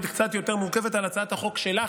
היא קצת יותר מורכבת על הצעת החוק שלך,